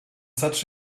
such